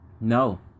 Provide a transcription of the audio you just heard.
no